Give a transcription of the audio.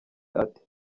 ati